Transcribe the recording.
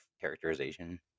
characterization